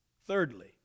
Thirdly